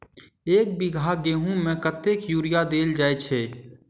एक बीघा गेंहूँ मे कतेक यूरिया देल जाय छै?